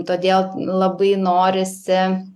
todėl labai norisi